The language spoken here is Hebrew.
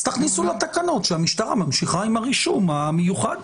אז תכניסו לתקנות שהמשטרה ממשיכה עם הרישום המיוחד.